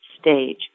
stage